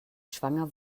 schwanger